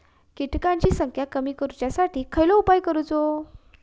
किटकांची संख्या कमी करुच्यासाठी कसलो उपाय करूचो?